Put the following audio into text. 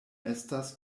estas